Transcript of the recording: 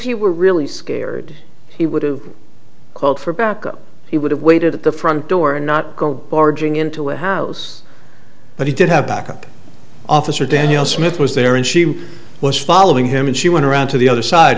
he were really scared he would have called for backup he would have waited at the front door and not go barging into a house but he did have backup officer daniel smith was there and she was following him and she went around to the other side